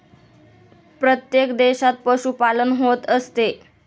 प्रत्येक देशात पशुपालन होत असते